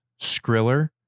Skriller